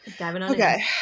Okay